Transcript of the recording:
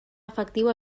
efectiu